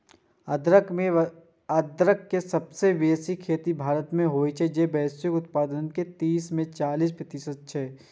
अदरक के सबसं बेसी खेती भारत मे होइ छै, जे वैश्विक उत्पादन के तीस सं चालीस प्रतिशत छै